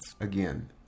again